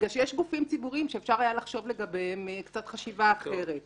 בגלל שיש גופים ציבוריים שאפשר היה לחשוב לגביהם חשיבה אחרת קצת.